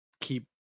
keep